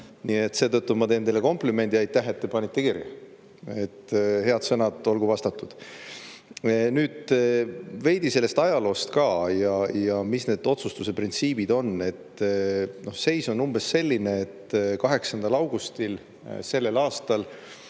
peab. Seetõttu ma teen teile komplimendi: aitäh, et te panite kirja! Head sõnad, olgu vastatud. Nüüd veidi ajaloost ka ja mis need otsustuse printsiibid on. Seis on umbes selline, et 8. augustil sellel aastal